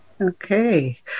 Okay